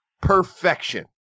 perfection